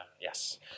Yes